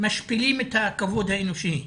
משפילים את הכבוד האנושי,